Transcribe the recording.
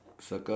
ah